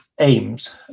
aims